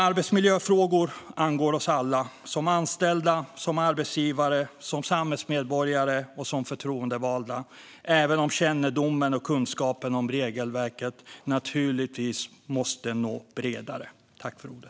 Arbetsmiljöfrågor angår oss alla - som anställda, som arbetsgivare, som samhällsmedborgare och som förtroendevalda, även om kännedomen och kunskapen om regelverket naturligtvis måste nå ut bredare.